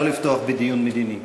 לא לפתוח בדיון מדיני.